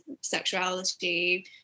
sexuality